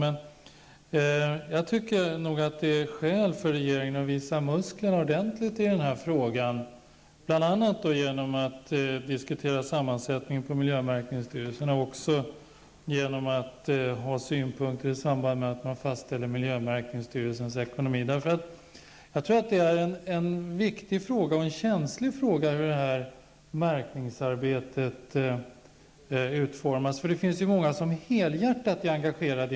Men det finns nog skäl för regeringen att visa musklerna ordentligt i detta ärende, bl.a. då genom att diskutera sammansättningen av miljömärkningsstyrelsen och ha synpunkter i samband med att man fastställer miljömärkningsstyrelsens ekonomi. Hur miljömärkningsarbete skall utformas är en viktig och känslig fråga.